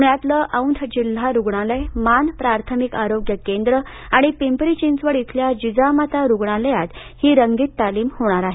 पुण्यातलं औंध जिल्हा रुग्णालय मान प्राथमिक आरोग्य केंद्र आणि पिंपरी चिंचवड श्विल्या जिजामाता रुग्णालयात ही रंगीत तालीम होणार आहे